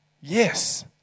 Yes